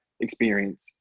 experience